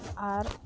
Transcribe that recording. ᱟᱨ